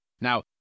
Now